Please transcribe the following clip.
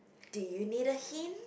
do you need a hint